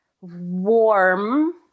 warm